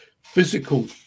Physical